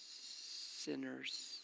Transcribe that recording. Sinners